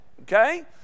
okay